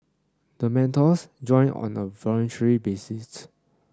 the mentors join on a voluntary basis